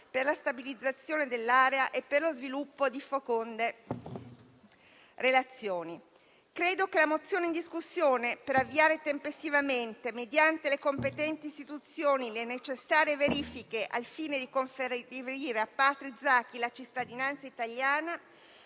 per la stabilizzazione dell'area e per lo sviluppo di feconde relazioni. Credo che l'ordine del giorno in discussione, per avviare tempestivamente, mediante le competenti istituzioni, le necessarie verifiche al fine di conferire a Patrick Zaki la cittadinanza italiana,